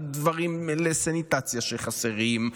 על דברים לסניטציה שחסרים,